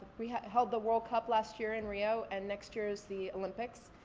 we held the world cup last year in rio and next year is the olympics.